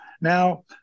now